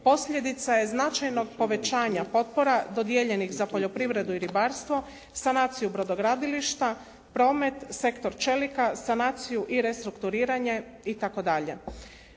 posljedica je značajnog povećanja potpora dodijeljenih za poljoprivredu i ribarstvo, sanaciju brodogradilišta, promet, sektor čelika, sanaciju, restrukturiranje itd.